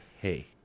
hey